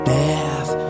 death